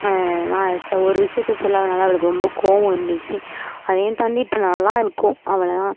நான் ச ஒரு விஷயத்தை சொல்லாததுனால அவளுக்கு ரொம்ப கோவம் இருந்துச்சு அதையும் தாண்டி இப்போ நல்லா இருக்கோம் அவ்வளோ தான்